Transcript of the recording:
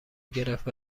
گرفت